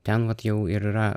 ten vat jau ir yra